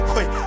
Wait